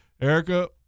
Erica